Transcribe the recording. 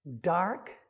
dark